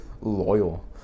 loyal